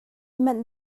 manh